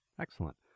excellent